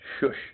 Shush